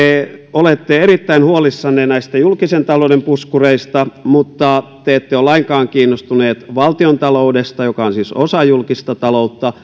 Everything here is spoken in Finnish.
olette erittäin huolissanne näistä julkisen talouden puskureista mutta te ette ole lainkaan kiinnostuneet valtiontaloudesta joka on siis osa julkista taloutta